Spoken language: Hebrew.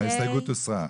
ההסתייגות הוסרה.